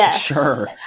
Sure